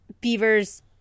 beavers